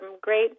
great